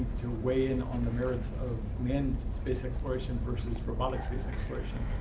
to weigh and on the merits of manned space exploration versus robotic space exploration.